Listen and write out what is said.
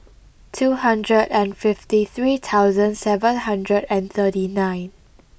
two hundred and fifty three thousand seven hundred and thirty nine